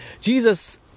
jesus